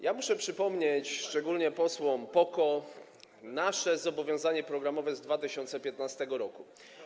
Ja muszę przypomnieć, szczególnie posłom PO-KO, nasze zobowiązanie programowe z 2015 r.